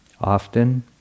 Often